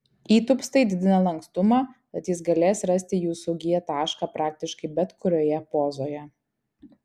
įtūpstai didina lankstumą tad jis galės rasti jūsų g tašką praktiškai bet kurioje pozoje